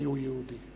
מיהו יהודי,